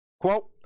Quote